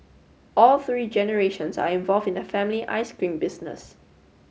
all three generations are involved in the family ice cream business